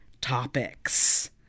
topics